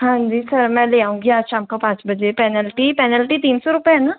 हाँ जी सर मैं ले आऊँगी आज शाम को पाँच बजे पेनल्टी पेनल्टी तीन सौ रुपए है न